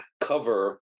cover